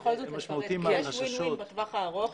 יש וין-וין בטווח הארוך,